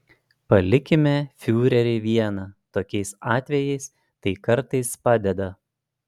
palikime fiurerį vieną tokiais atvejais tai kartais padeda